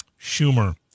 Schumer